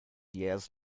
years